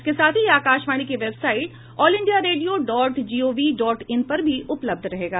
इसके साथ ही यह आकाशवाणी की website all India radio dot gov dot in पर भी उपलब्ध रहेगा